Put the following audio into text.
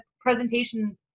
presentation